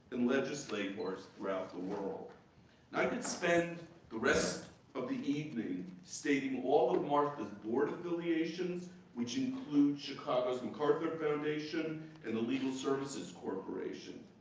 and legislators throughout the world. and i could spend the rest of the evening stating all of martha's board affiliations, which include chicago's macarthur foundation and the legal services corporation.